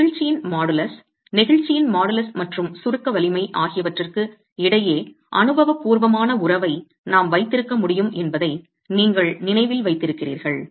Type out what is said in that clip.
நெகிழ்ச்சியின் மாடுலஸ் நெகிழ்ச்சியின் மாடுலஸ் மற்றும் சுருக்க வலிமை ஆகியவற்றுக்கு இடையே அனுபவபூர்வமான உறவை நாம் வைத்திருக்க முடியும் என்பதை நீங்கள் நினைவில் வைத்திருக்கிறீர்கள்